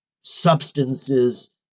substances